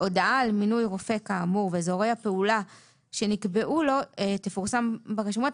הודעה על מינוי רופא כאמור ואזורי הפעולה שנקבעו לו תפורסם ברשומות."